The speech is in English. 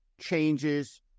changes